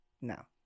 No